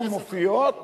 לא מופיעות